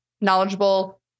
knowledgeable